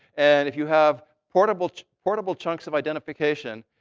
and if you have portable portable chunks of identification,